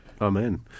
Amen